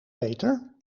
peter